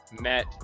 met